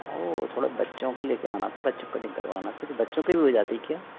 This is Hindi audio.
वो थोड़ा बच्चों को लेकर आना था बच्चों को कटिंग करवाना थी तो बच्चों की भी हो जाती है क्या